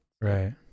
Right